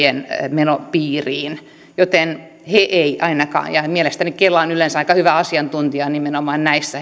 piiriin joten he eivät ainakaan näe ja mielestäni kela on yleensä aika hyvä asiantuntija nimenomaan näissä